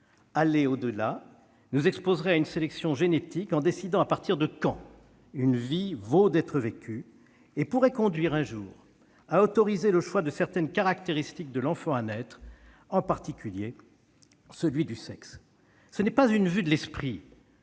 Aller au-delà nous exposerait à une sélection génétique en décidant à partir de quand une vie vaut d'être vécue et pourrait conduire un jour à autoriser le choix de certaines caractéristiques de l'enfant à naître, en particulier celui du sexe. Ce n'est pas une vue de l'esprit